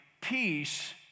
peace